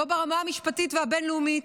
לא ברמה המשפטית והבין-לאומית,